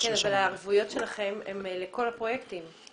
אבל הערבויות שלכם הן לכל הפרויקטים.